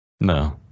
no